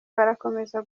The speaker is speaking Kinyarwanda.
barakomeza